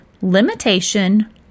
limitation